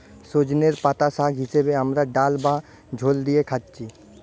সজনের পাতা শাগ হিসাবে আমরা ডাল বা ঝোলে দিয়ে খাচ্ছি